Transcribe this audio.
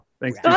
thanks